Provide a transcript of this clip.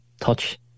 touch